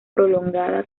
prolongada